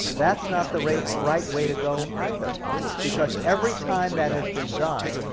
that's not the right right way to go either because every time that has been done,